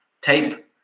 tape